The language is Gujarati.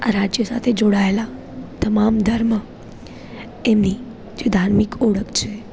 આ રાજ્ય સાથે જોડાયેલાં તમામ ધર્મ એમની જે ધાર્મિક ઓળખ છે